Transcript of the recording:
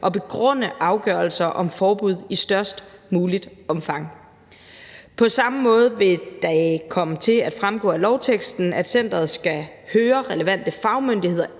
og begrunde afgørelser om forbud i størst muligt omfang. På samme måde vil det komme til at fremgå af lovteksten, at centeret skal høre relevante fagmyndigheder,